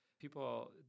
people